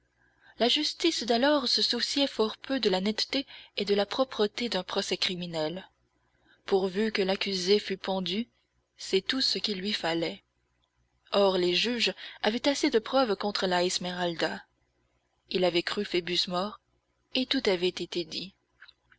la justice d'alors se souciait fort peu de la netteté et de la propreté d'un procès au criminel pourvu que l'accusé fût pendu c'est tout ce qu'il lui fallait or les juges avaient assez de preuves contre la esmeralda ils avaient cru phoebus mort et tout avait été dit